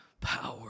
power